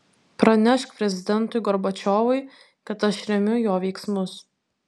pranešk prezidentui gorbačiovui kad aš remiu jo veiksmus